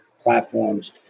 platforms